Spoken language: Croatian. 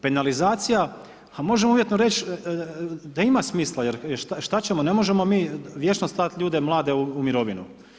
Penalizacija, a možemo uvjetno reći da ima smisla jer šta ćemo ne možemo mi vječno slat ljude mlade u mirovinu.